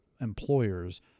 employers –